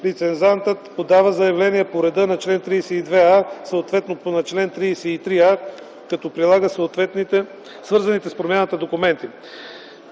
лицензиантът подава заявление по реда на чл. 32а, съответно на чл. 33а, като прилага свързаните с промяната документи.